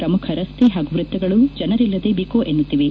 ಶ್ರಮುಖ ರಸ್ತೆ ಹಾಗೂ ವೃತ್ತಗಳು ಜನರಿಲ್ಲದೆ ಬಿಕೋ ಎನ್ನುತ್ತಿವೆ